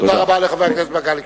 תודה לחבר הכנסת מגלי והבה.